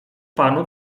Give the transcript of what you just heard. panu